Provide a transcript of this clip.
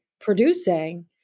producing